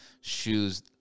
shoes